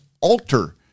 alter